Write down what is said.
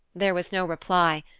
there was no reply,